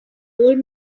old